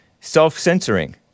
Self-censoring